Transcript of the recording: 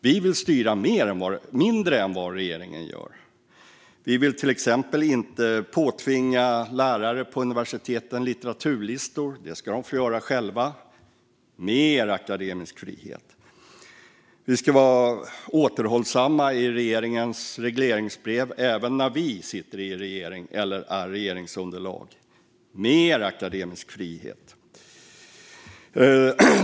Vi vill styra mindre än vad regeringen gör. Vi vill till exempel inte påtvinga lärare på universiteten litteraturlistor. Dem ska de få göra själva. Mer akademisk frihet! Vi ska vara återhållsamma i regeringens regleringsbrev - även när vi sitter i regering eller är regeringsunderlag. Mer akademisk frihet!